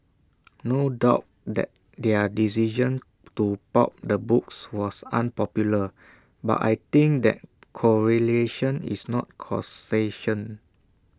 no doubt the their decision to pulp the books was unpopular but I think that correlation is not causation